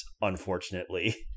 unfortunately